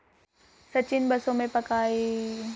सचिन बसों में पकाई हुई मक्की के दाने बेचकर अपना काम चलाता है